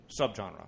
subgenre